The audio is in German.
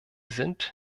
sind